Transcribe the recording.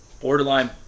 Borderline